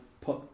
put